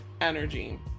energy